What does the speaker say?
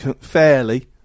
fairly